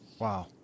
Wow